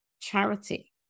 charity